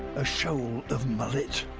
a shoal of mullet.